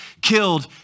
killed